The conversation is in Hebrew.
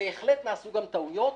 בהחלט נעשו גם טעויות.